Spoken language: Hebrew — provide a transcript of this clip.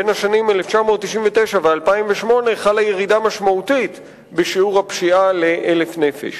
בין השנים 1999 ו-2008 חלה ירידה משמעותית בשיעור הפשיעה ל-1,000 נפש.